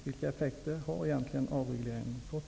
Vilka effekter har avregleringen egentligen fått?